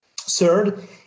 Third